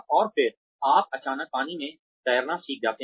और फिर आप अचानक पानी में तैरना सीख जाते हैं